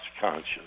conscious